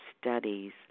studies